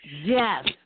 Yes